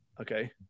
Okay